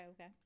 okay